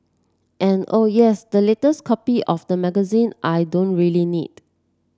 and oh yes the latest copy of the magazine I don't really need